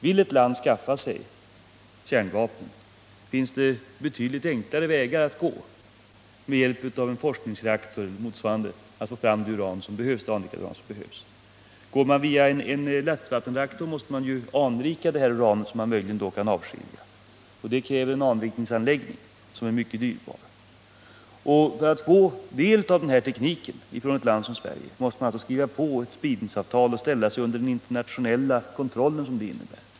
Vill ett land skaffa sig kärnvapen finns det betydligt enklare vägar att få fram det anrikade uran som behövs, nämligen med hjälp av en forskningsreaktor eller en motsvarande anläggning. Vid användning av en lättvattenreaktor måste man ju upparbeta det utbrända bränsle som kan avledas. För det krävs en upparbetningsanläggning som är mycket dyrbar. För att ett land skall få del av denna teknik måste det skriva på ett ickespridningsavtal och ställa sig under den internationella kontroll som det innebär.